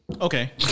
Okay